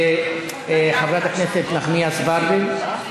וחברת הכנסת נחמיאס ורבין,